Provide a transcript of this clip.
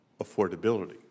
affordability